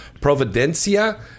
Providencia